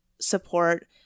support